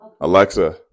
Alexa